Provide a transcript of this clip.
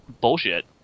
bullshit